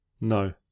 No